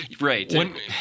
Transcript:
Right